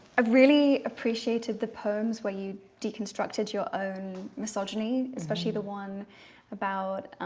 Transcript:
i've really appreciated the poems. where you deconstructed your own misogyny, especially the one about